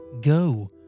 go